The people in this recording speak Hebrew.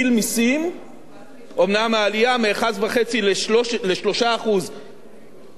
אומנם העלייה מ-1.5% ל-3% מקטינה ב-15 מיליארד,